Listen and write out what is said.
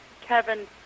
Kevin